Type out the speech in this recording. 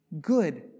good